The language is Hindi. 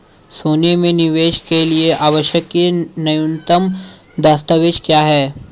सोने में निवेश के लिए आवश्यक न्यूनतम दस्तावेज़ क्या हैं?